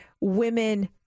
women